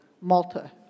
Malta